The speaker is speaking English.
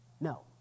No